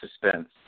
suspense